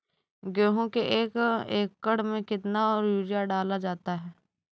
गेहूँ के एक एकड़ में कितना यूरिया डाला जाता है?